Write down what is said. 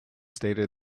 stated